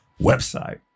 website